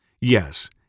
Yes